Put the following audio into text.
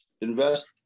invest